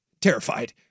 terrified